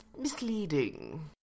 misleading